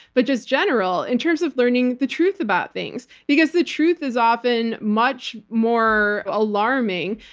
but just general, in terms of learning the truth about things. because the truth is often much more alarming,